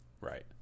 Right